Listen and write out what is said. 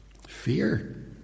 Fear